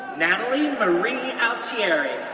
natalie marie altieri,